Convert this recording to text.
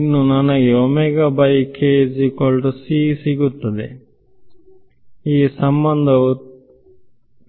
ಇನ್ನೂ ನನಗೆ ಸಿಗುತ್ತವೆ ಈ ಸಂಬಂಧವು